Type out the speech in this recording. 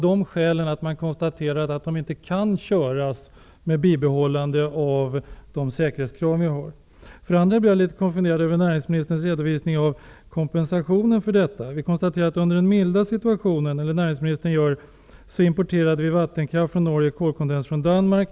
Reaktorerna kan nämligen inte köras med bibehållande av de säkerhetskrav som vi har. Vidare blev jag litet konfunderad över näringsministerns redovisning av kompensationen för detta. Det konstateras att vi i det milda klimat som näringsministern redogör för importerade vattenkraft från Norge och kolkondenskraft från Danmark.